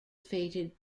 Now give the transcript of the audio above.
fated